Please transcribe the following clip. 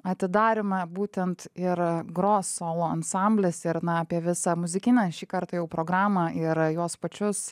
atidaryme būtent ir gros solo ansamblis ir na apie visą muzikinę šį kartą jau programą ir juos pačius